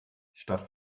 statt